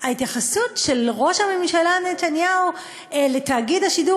וההתייחסות של ראש הממשלה נתניהו לתאגיד השידור